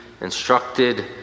instructed